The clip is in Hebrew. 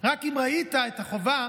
רק אם ראית את החובה,